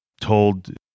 told